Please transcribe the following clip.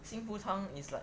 xing fu tang is like